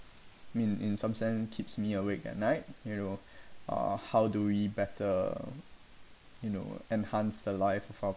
mean in some sense keeps me awake at night you know uh how do we better you know enhance the life of our